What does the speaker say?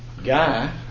Guy